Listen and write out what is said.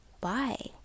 Bye